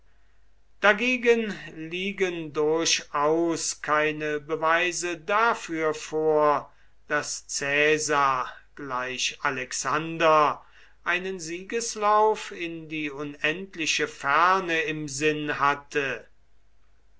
dagegen liegen durchaus keine beweise dafür vor daß caesar gleich alexander einen siegeslauf in die unendliche ferne im sinn hatte